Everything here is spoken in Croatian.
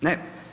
Ne.